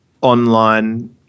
online